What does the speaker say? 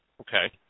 Okay